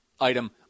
item